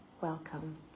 welcome